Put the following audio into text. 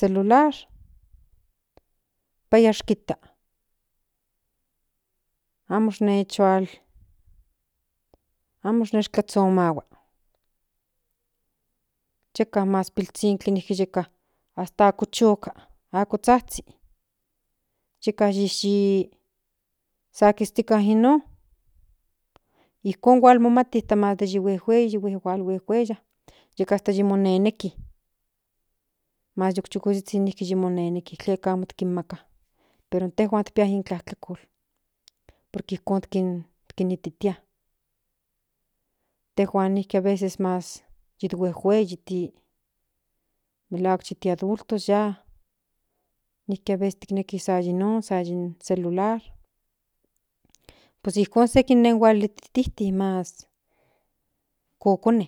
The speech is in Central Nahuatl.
Celular paya kijta amo neztlazhomahua yeka mas pinzhikli yeka hasta ako choka ako zhazhi yeka yi san kistke in non ijkon yi momati mas den huejuei huits otkatka san mo neneki mas in chikozhizhi yeka monejneki tleka amo kinamaka intejuan pia in tlakojpa intejuan kinititia intejuan nijki aveces yi huejuei malhuak yi ti adultos ya nijki abecés san yinon non celular pues ijkon yeka mohultitijke mas in kokone